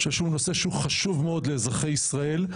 אני חושב שהוא נושא חשוב מאוד לאזרחי ישראל.